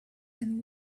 and